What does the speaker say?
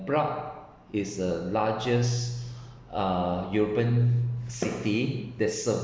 prague is the largest uh european city that sur~